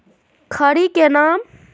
खड़ी के नाम?